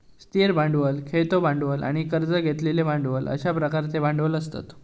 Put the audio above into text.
स्थिर भांडवल, खेळतो भांडवल आणि कर्ज घेतलेले भांडवल अश्या प्रकारचे भांडवल असतत